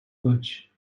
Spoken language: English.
fudge